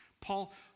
Paul